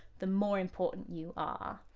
the more important you are.